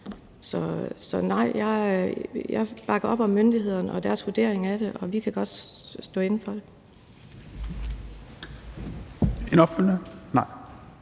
Så nej, jeg bakker op om myndighederne og deres vurdering af det. Vi kan godt stå inde for det.